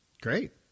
great